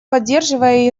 поддерживая